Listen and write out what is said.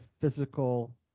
physical